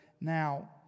now